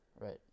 Right